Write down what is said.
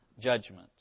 judgment